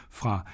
fra